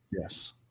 Yes